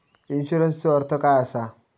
इन्शुरन्सचो अर्थ काय असा?